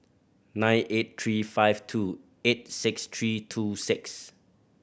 nine eight three five two eight six three two six